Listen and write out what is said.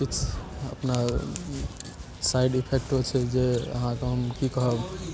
किछु अपना साइड इफेक्टो छै जे अहाँके हम की कहब